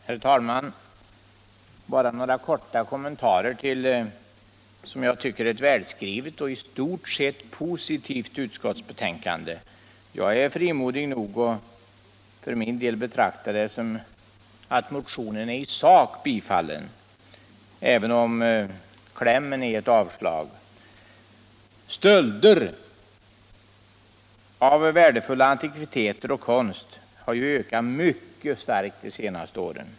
Herr talman! Bara några korta kommentarer till ett som jag tycker välskrivet och i stort sett positivt betänkande. Jag är frimodig nog att för min del betrakta det så att motionen i sak har tillstyrkts, även om klämmen i betänkandet innebär ett avstyrkande. Stölder av värdefulla antikviteter och konstverk har ökat mycket kraftigt under de senaste åren.